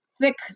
thick